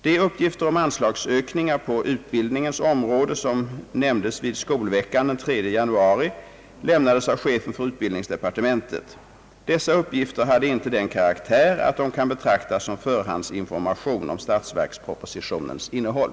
De uppgifter om anslagsökningar på utbildningens område som nämndes vid »skolveckan» den 3 januari lämnades av chefen för utbildningsdepartementet. Dessa uppgifter hade inte den karaktär att de kan betraktas som förhandsinformation om statsverkspropositionens innehåll.